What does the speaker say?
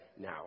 now